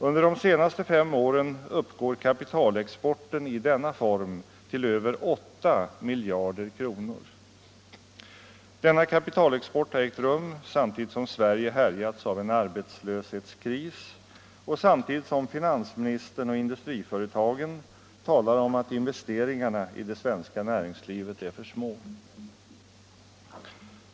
Under de fem senaste åren uppgår kapitalexporten i denna form till över 8 miljarder kronor. Denna kapitalexport har ägt rum samtidigt som Sverige härjats av en arbetslöshetskris och samtidigt som finansministern och industriföretagen talar om att investeringarna i det svenska näringslivet är för små.